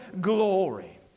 glory